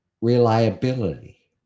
reliability